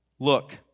Look